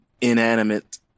inanimate